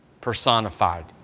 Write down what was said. personified